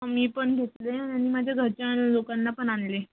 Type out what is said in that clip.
मी पण घेतले आणि माझ्या घरच्या लोकांना पण आणले